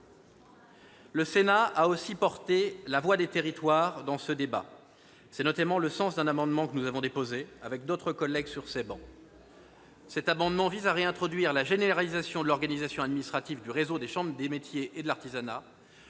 Le Sénat a aussi porté la voix des territoires dans ce débat. C'est notamment le sens d'un amendement que nous avons déposé avec d'autres collègues sur ces travées. Cet amendement visait à réintroduire la généralisation de l'organisation administrative du réseau des chambres de métiers et de l'artisanat